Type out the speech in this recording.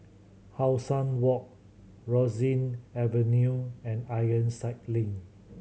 How Sun Walk Rosyth Avenue and Ironside Link